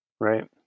right